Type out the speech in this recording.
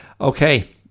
Okay